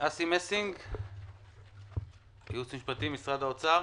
אסי מסינג, הייעוץ המשפטי, משרד האוצר